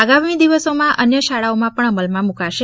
આગામી દિવસોમાં અન્ય શાળાઓમાં પણ અમલમાં મુકાશે